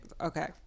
Okay